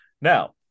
Now